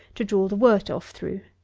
to draw the wort off through.